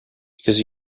because